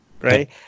Right